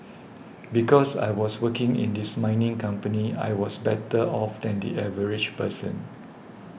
because I was working in this mining company I was better off than the average person